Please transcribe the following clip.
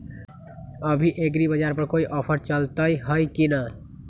अभी एग्रीबाजार पर कोई ऑफर चलतई हई की न?